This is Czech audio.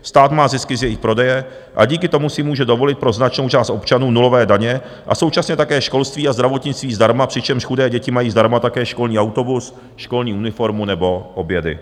Stát má zisky z jejich prodeje a díky tomu si může dovolit pro značnou část občanů nulové daně a současně také školství a zdravotnictví zdarma, přičemž chudé děti mají zdarma také školní autobus, školní uniformu nebo obědy.